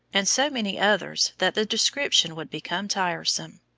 and so many others that the description would become tiresome.